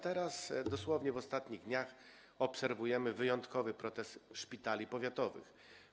Teraz, dosłownie w ostatnich dniach, obserwujemy wyjątkowy protest szpitali powiatowych.